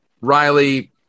Riley